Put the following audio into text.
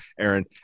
Aaron